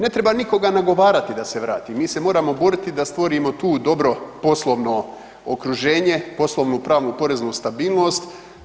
Ne treba nikoga nagovarati da se vrati, mi se moramo boriti da stvorimo tu dobro poslovno okruženje, poslovnu pravnu poreznu stabilnost.